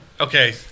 okay